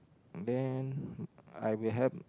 then I will have